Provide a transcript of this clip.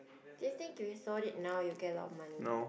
do you think if you sold it now you will get a lot of money